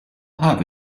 have